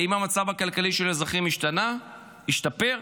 האם המצב הכלכלי של האזרחים השתנה, השתפר?